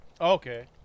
Okay